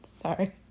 Sorry